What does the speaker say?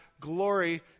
Glory